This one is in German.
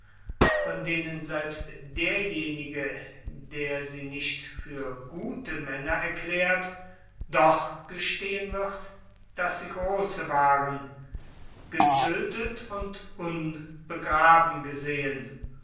von denen selbst derjenige der sie nicht für gute männer erklärt doch gestehen wird daß sie große waren getödtet und unbegraben gesehen